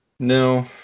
No